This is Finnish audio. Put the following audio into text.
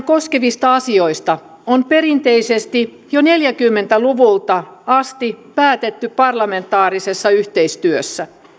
koskevista asioista on perinteisesti jo neljäkymmentä luvulta asti päätetty parlamentaarisessa yhteistyössä